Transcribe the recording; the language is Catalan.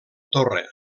torre